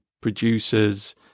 producers